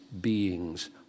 beings